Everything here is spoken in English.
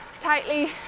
tightly